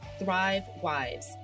thrivewives